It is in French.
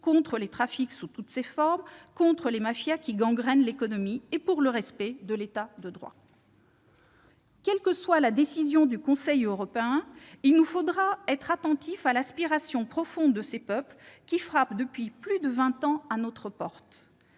contre les trafics sous toutes leurs formes, contre les mafias qui gangrènent l'économie et pour le respect de l'État de droit. Quelle que soit la décision du Conseil européen, il nous faudra être attentifs à l'aspiration profonde de ces peuples qui frappent depuis plus de vingt ans à notre porte.